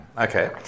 Okay